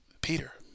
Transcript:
Peter